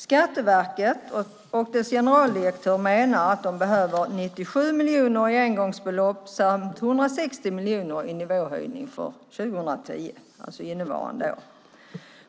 Skatteverket och dess generaldirektör menar att de behöver 97 miljoner i engångsbelopp samt 160 miljoner i nivåhöjning för 2010, alltså innevarande år.